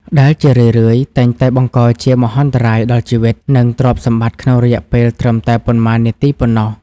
ដែលជារឿយៗតែងតែបង្កជាមហន្តរាយដល់ជីវិត និងទ្រព្យសម្បត្តិក្នុងរយៈពេលត្រឹមតែប៉ុន្មាននាទីប៉ុណ្ណោះ។